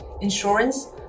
insurance